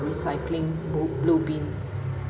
recycling bue~ blue bin